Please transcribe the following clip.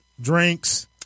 drinks